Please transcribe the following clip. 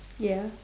ya